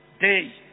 day